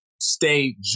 stay